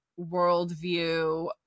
worldview